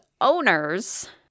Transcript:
owners